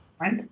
right